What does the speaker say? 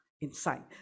inside